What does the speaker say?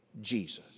Jesus